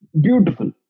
Beautiful